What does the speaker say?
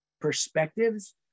perspectives